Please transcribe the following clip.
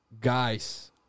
guys